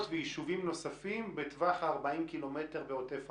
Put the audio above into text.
ויישובים נוספים בטווח ה-40 ק"מ בעוטף עזה.